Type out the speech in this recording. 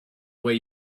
way